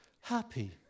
happy